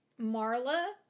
Marla